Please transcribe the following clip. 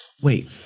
wait